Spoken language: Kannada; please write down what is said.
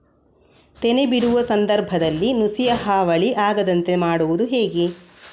ತೆನೆ ಬಿಡುವ ಸಂದರ್ಭದಲ್ಲಿ ನುಸಿಯ ಹಾವಳಿ ಆಗದಂತೆ ಮಾಡುವುದು ಹೇಗೆ?